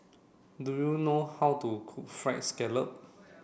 do you know how to cook fried scallop